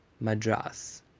Madras